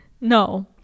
No